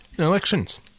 Elections